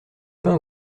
pain